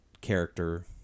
character